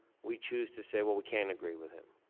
we choose to say, well, we can agree with him.